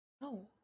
No